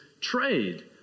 trade